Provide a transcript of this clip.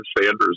Sanders